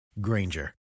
Granger